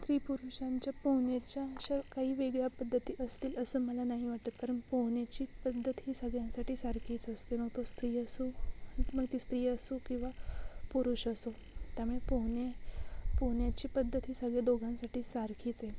स्त्रीपुरुषांच्या पोहण्याच्या अशा काही वेगळ्या पद्धती असतील असं मला नाही वाटत कारण पोहण्याची पद्धत ही सगळ्यांसाठी सारखीच असते मग तो स्त्री असो मग ती स्त्री असो किंवा पुरुष असो त्यामुळे पोहणे पोहण्याची पद्धती सगळे दोघांसाठी सारखीच आहे